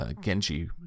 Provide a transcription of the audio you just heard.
Genji